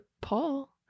Paul